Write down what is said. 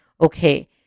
Okay